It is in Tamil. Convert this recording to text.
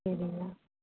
சரிங்க